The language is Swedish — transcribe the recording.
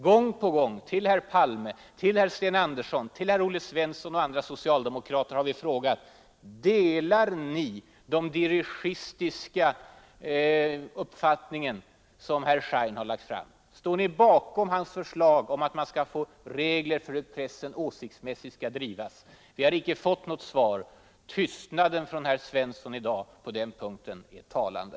Gång på gång — till herr Palme, till herr Sten Andersson, till herr Olle Svensson och andra socialdemokrater — har vi ställt frågan: Delar ni den dirigistiska uppfattning som herr Schein har lagt fram? Står ni bakom hans förslag om att man bör uppställa regler för hur pressen ”åsiktsmässigt skall drivas”? Vi har icke fått något svar. Tystnaden från herr Svensson i Eskilstuna i dag på den punkten är talande.